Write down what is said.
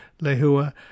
Lehua